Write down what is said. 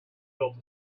built